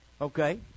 Okay